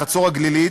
לחצור-הגלילית,